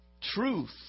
Truth